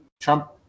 Trump